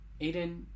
Aiden